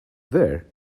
there